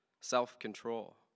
self-control